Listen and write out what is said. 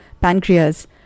pancreas